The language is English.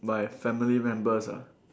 by family members ah